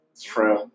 True